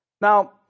Now